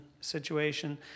situation